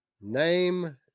name